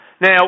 Now